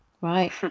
Right